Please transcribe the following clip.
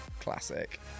Classic